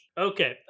Okay